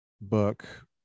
book